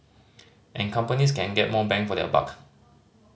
and companies can get more bang for their buck